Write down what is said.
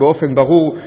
באופן ברור.